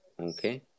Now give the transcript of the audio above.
Okay